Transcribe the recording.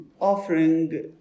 offering